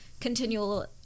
continual